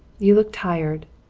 you look tired.